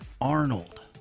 Arnold